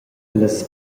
las